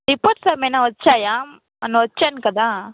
reports ఏమైనా వచ్చాయా మొన్న వచ్చాను కదా